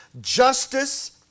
Justice